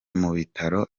mubitaro